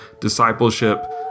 discipleship